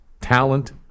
talent